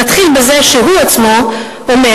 נתחיל בזה שהוא עצמו אומר,